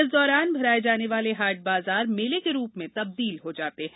इस दौरान भराये जाने वाले हाट बाजार मेले के रूप में तब्दील हो जाते है